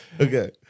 Okay